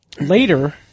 later